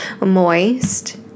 moist